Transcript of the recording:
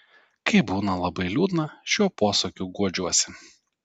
kai būna labai liūdna šiuo posakiu guodžiuosi